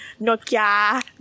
nokia